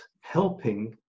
helping